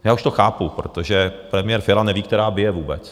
já už to chápu, protože premiér Fiala neví, která bije vůbec.